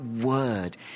word